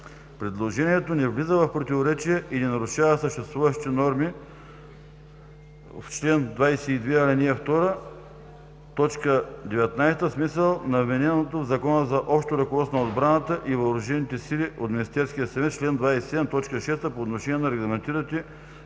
Предложението не влиза в противоречие и не нарушава съществуващите норми в чл. 22, ал. 2, т. 19, в смисъл на вмененото в Закона за общо ръководство на отбраната и въоръжените сили от Министерския съвет – чл. 27, т. 6 по отношение на регламентираните